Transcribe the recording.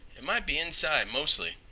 it might be inside mostly,